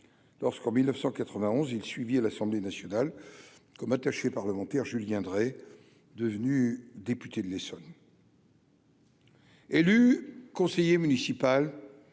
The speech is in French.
lorsqu'en 1991 il suivi à l'Assemblée nationale comme attachée parlementaire, Julien Dray, devenu député de l'Essonne. élu conseiller municipal